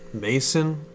Mason